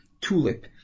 tulip